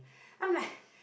I'm like